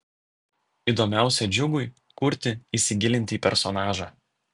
įdomiausia džiugui kurti įsigilinti į personažą